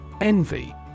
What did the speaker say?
Envy